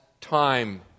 time